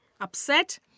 upset